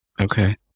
Okay